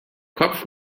kopf